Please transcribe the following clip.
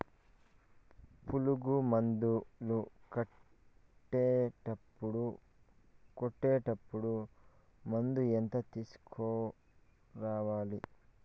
పులుగు మందులు కొట్టేటప్పుడు మందు ఎంత తీసుకురావాలి?